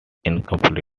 incomplete